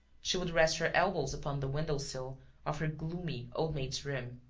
she would rest her elbows upon the window-sill of her gloomy old-maid's room,